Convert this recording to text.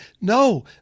No